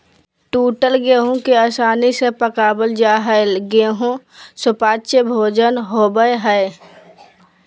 टूटल गेहूं के आसानी से पकवल जा हई गेहू सुपाच्य भोजन होवई हई